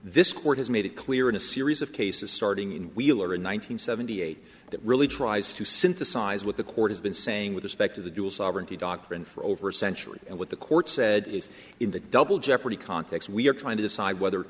this court has made it clear in a series of cases starting in wheeler in one nine hundred seventy eight that really tries to synthesize what the court has been saying with respect to the dual sovereignty doctrine for over a century and what the court said is in the double jeopardy context we are trying to decide whether